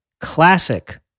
classic